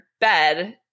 bed